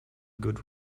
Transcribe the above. good